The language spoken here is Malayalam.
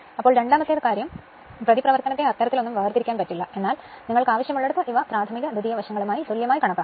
അതും രണ്ടാമത്തേത് മറ്റൊരു കാര്യം പ്രതിപ്രവർത്തനത്തെ അത്തരത്തിൽ വേർതിരിക്കാനാവില്ല എന്നാൽ നിങ്ങൾക്ക് ആവശ്യമുള്ളിടത്ത് ഇവ പ്രാഥമിക ദ്വിതീയ വശങ്ങളുമായി തുല്യമായി കണക്കാക്കാം